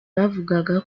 bavugaga